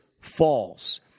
false